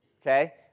Okay